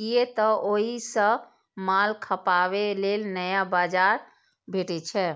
कियै तं ओइ सं माल खपाबे लेल नया बाजार भेटै छै